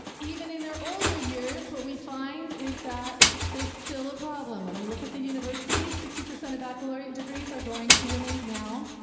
even in their older years, what we find is that there's still a problem. when we look at the universities, sixty percent of baccalaureate degrees are going to women now,